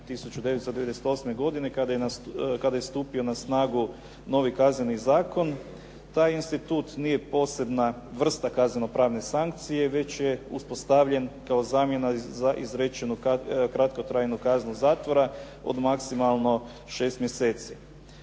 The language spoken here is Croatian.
1998. godine kada je stupio na snagu novi Kazneni zakon. Taj institut nije posebna vrsta kazneno-pravne sankcije, već je uspostavljen kao zamjena za izrečenu kratkotrajnu kaznu zatvora od maksimalno 6 mjeseci.